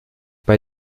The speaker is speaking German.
bei